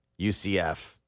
UCF